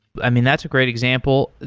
i mean, that's a great example.